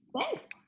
Thanks